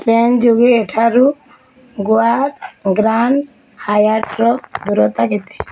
train ଯୋଗେ ଏଠାରୁ ଗୋଆର ଗ୍ରାଣ୍ଡ ହାୟାଟ୍ର ଦୂରତା କେତେ